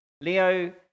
Leo